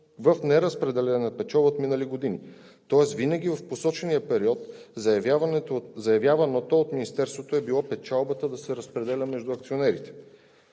в неразпределена печалба от минали години. Тоест винаги в посочения период заявяваното от Министерството е било печалбата да се разпределя между акционерите